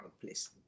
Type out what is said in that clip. please